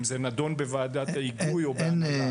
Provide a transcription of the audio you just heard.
אם זה נדון בוועדת ההיגוי או בהנהלה?